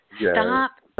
Stop